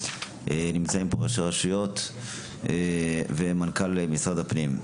נמצאים פה ראשי רשויות ומנכ"ל משרד הפנים.